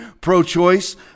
pro-choice